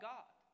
God